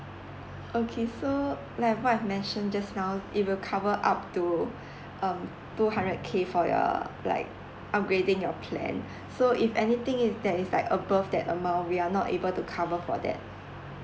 okay so like what I've mentioned just now it will cover up to um two hundred K for your like upgrading your plan so if anything is that is like above that amount we are not able to cover for that